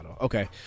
okay